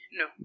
no